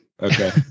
Okay